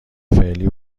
فعلی